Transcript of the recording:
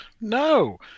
No